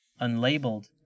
unlabeled